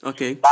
Okay